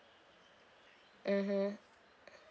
mmhmm